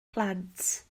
plant